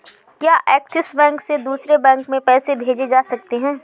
क्या Axis bank से दूसरे बैंक में पैसे भेजे जा सकता हैं?